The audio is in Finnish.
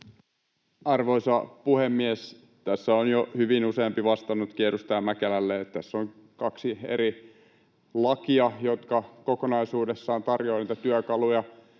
Arvoisa puhemies! Tässä on jo hyvin useampi vastannutkin edustaja Mäkelälle, että tässä on kaksi eri lakia, jotka kokonaisuudessaan tarjoavat niitä työkaluja